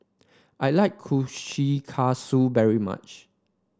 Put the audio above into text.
I like Kushikatsu very much